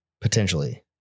potentially